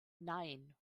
nein